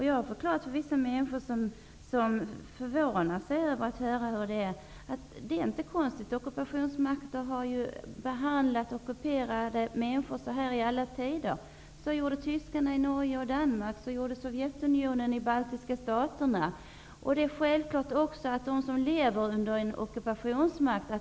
Jag har förklarat för vissa människor som förvånas över att höra hur det är att det inte är konstigt: Så här har ockupationsmakter behandlat människor i ockuperade områden i alla tider -- så gjorde tyskarna i Norge och Danmark, och så gjorde Det är också självklart att tålamodet brister hos dem som lever under en ockupationsmakt.